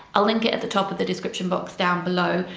ah link it at the top of the description box down below,